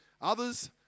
Others